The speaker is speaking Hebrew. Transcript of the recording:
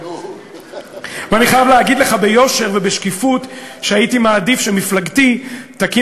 ואני חייב להגיד לך ביושר ובשקיפות שהייתי מעדיף שמפלגתי תקים